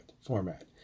format